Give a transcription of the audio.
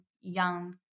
young